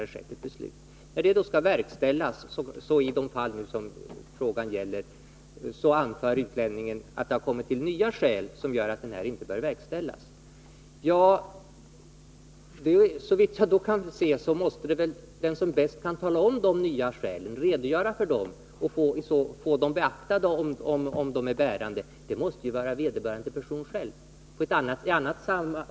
När beslutet skall verkställas kan utlänningen, i sådana fall som frågan gällde, anföra att det har kommit till nya skäl, som gör att utvisningen inte bör verkställas. Såvitt jag kan förstå är det den som bäst kan redovisa de nya skälen som skall redogöra för dem och få dem beaktade, om de är bärande, och det måste vara vederbörande person själv.